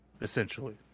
essentially